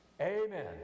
Amen